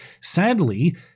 sadly